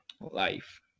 life